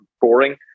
boring